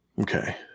Okay